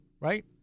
right